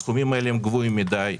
הסכומים האלה הם גבוהים מדי.